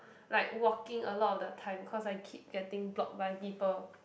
like walking a lot of the time cause I keep getting block by people